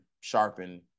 sharpen